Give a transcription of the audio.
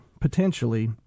potentially